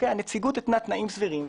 הנציגות התנתה תנאים סבירים,